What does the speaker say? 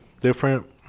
different